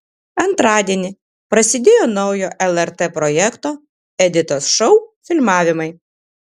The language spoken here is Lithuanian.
antradienį prasidėjo naujo lrt projekto editos šou filmavimai